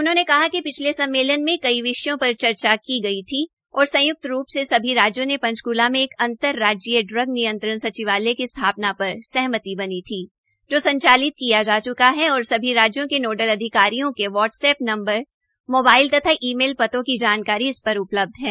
उन्होंने कहा कि पिछले सम्मेलन में कई विषयों पर चर्चा की गई थी और संयक्त रूप से सभी राज्यों ने पंचकला में एक अन्तरराज्यीय ड्रग नियंत्रण सचिवालय की स्थापना पर सहमति बनी थी जो संचालित किया जा च्का है और सभी राज्यों के नोडल अधिकारियों के व्हट्स नम्बर मोबाइल तथा ई मेल पतों की जानकारी इस पर उपलब्ध है